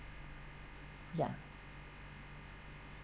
ya